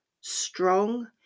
strong